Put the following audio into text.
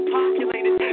populated